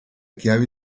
chiavi